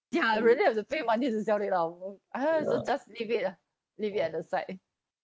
ya I really have to pay money to sell it off you know a'ah just leave it lah leave it at the side